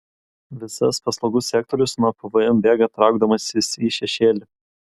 visas paslaugų sektorius nuo pvm bėga traukdamasis į šešėlį